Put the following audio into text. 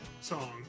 song